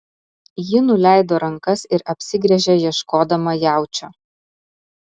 ji nuleido rankas ir apsigręžė ieškodama jaučio